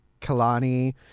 Kalani